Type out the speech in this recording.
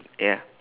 ya